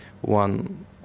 one